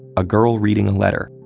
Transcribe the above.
a girl reading a letter.